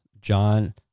John